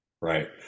Right